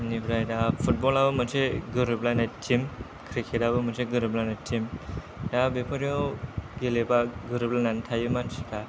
बिनिफ्राय दा फुटबल आबो मोनसे गोरोबलायनाय टिम क्रिकेट आबो गोरोबलायनाय टिम दा बेफोराव गेलेबा गोरोबलायनानै थायो मानसिफ्रा